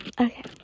Okay